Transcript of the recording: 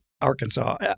Arkansas